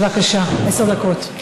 בבקשה, עשר דקות.